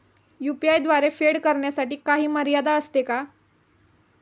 UPI द्वारे फेड करण्यासाठी काही मर्यादा असते का?